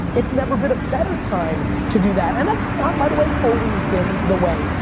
it's never been a better time to do that. and that's, not by the way, always been the way.